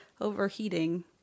overheating